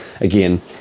again